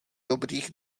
dobrých